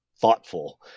thoughtful